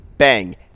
Bang